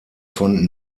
von